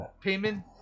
Payment